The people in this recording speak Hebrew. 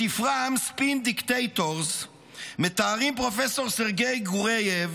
בספרם Spin Dictators מתארים פרופ' סרגיי גורייב